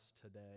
today